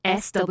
SW